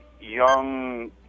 Young